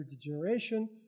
degeneration